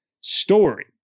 story